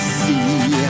see